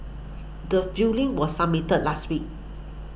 the filing was submitted last week